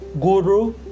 guru